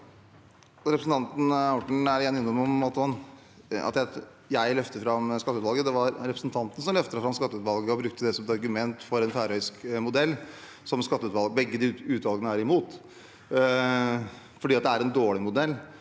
Re- presentanten Orten er igjen innom at jeg løfter fram skatteutvalget. Det var representanten som løftet fram skatteutvalget og brukte det som et argument for en færøysk modell, som begge utvalgene er imot fordi det er en dårlig modell